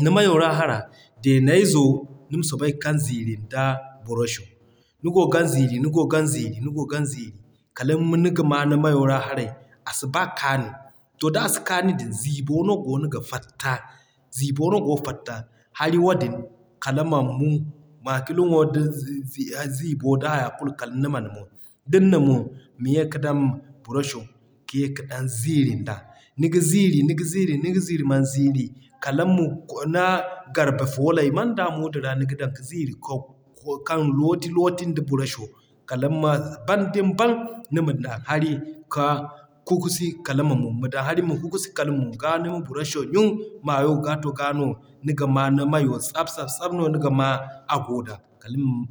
Ni mayo ra hara Deeney zo nima soobay kan ziiri nda brusho. Nigo gan ziiri nigo gan ziiri nigo gan ziiri kaliŋ ga maa ni mayo ra haray a si b'a kaani. To d'a si kaani din, ziibo no goono ga fatta, ziibo no goo fatta. Hari wadin kala man mun. Makilino ziibo da haya kulu kala niman mun. Din na mun, ma ye ka dan brusho ka ye ka dan ziiri nda. Niga ziiri niga ziiri niga ziiri, man ziiri kala mo ni garbe fooley manda muudu ra niga dan ka ziiri ka kaŋ looti-looti nda brusho kala nima ban. Din ban, nima dan hari ka kukusi kala ma mun, ma dan hari ma kukusi kala ma mun. Ga nima brusho ɲun ma hayo gaa to gaa no niga ma ni mayo tsab tsab tsab no niga maa a goo da kaliŋ.